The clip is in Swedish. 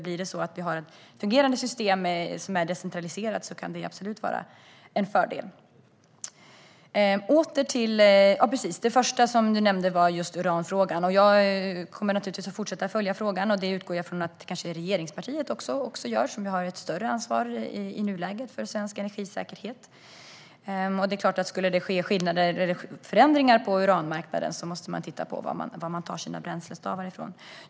Blir det så att vi har ett fungerande system som är decentraliserat kan det absolut vara en fördel. Det första du, Åsa Westlund, nämnde var just uranfrågan. Jag kommer naturligtvis att fortsätta att följa den, och det utgår jag från att regeringspartiet också gör; ni har ju i nuläget ett större ansvar för svensk energisäkerhet. Skulle det ske förändringar på uranmarknaden är det klart att man måste titta på var man tar sina bränslestavar ifrån.